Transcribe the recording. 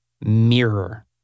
mirror